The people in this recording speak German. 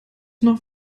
noch